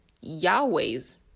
Yahweh's